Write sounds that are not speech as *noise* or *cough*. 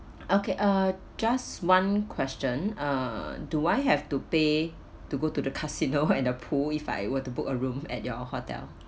okay uh just one question uh do I have to pay to go to the casino *laughs* and the pool if I were to book a room at your hotel